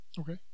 Okay